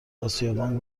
آسیابان